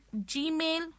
Gmail